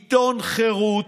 בעיתון חרות,